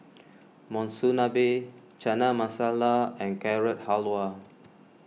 Monsunabe Chana Masala and Carrot Halwa